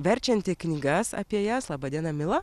verčianti knygas apie jas laba diena mila